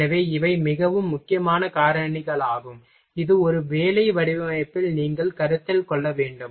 எனவே இவை மிகவும் முக்கியமான காரணிகளாகும் இது ஒரு வேலை வடிவமைப்பில் நீங்கள் கருத்தில் கொள்ள வேண்டும்